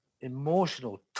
emotional